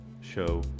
show